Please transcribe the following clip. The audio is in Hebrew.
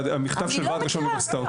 המכתב של וועד --- אני לא מכירה,